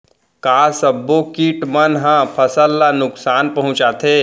का सब्बो किट मन ह फसल ला नुकसान पहुंचाथे?